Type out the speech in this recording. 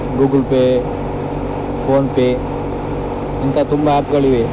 Google Pay PhonePe ಇಂಥ ತುಂಬ ಆ್ಯಪ್ಗಳಿವೆ